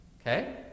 Okay